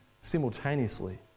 simultaneously